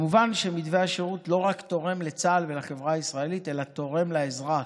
כמובן שמתווה השירות לא רק תורם לצה"ל ולחברה הישראלית אלא תורם לאזרח.